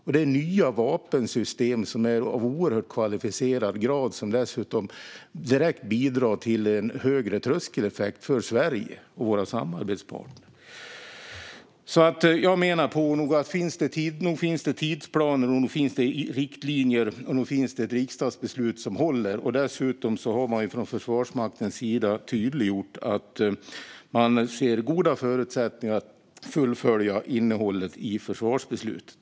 Och det är nya vapensystem som är oerhört kvalificerade och som dessutom direkt bidrar till en högre tröskeleffekt för Sverige och våra samarbetspartner. Jag menar att nog finns det tidsplaner och riktlinjer, och nog finns det riksdagsbeslut som håller. Dessutom har man från Försvarsmakten tydliggjort att man har goda förutsättningar att fullfölja innehållet i försvarsbeslutet.